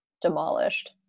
demolished